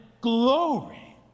glory